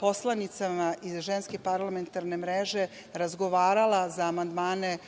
poslanicama iz Ženske parlamentarne mreže razgovarala za amandmane o